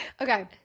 Okay